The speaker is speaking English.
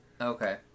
Okay